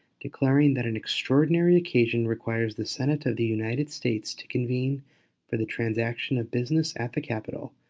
declaring that an extraordinary occasion requires the senate of the united states to convene for the transaction of business at the capitol,